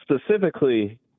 specifically